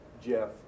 Jeff